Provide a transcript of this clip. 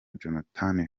jonathan